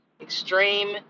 extreme